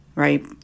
right